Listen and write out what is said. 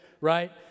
right